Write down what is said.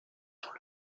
dans